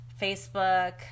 Facebook